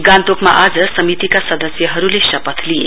गान्तोकमा आज समितिका सदस्यहरूले शपथ लिए